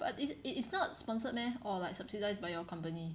but this it is not sponsored meh or like subsidized by your company